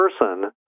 person